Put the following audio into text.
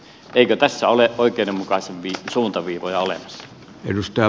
eikö tässä ole oikeudenmukaisia suuntaviivoja olemassa